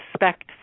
respect